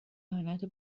اهانت